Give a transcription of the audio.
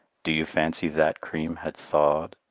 do you fancy that cream had thawed?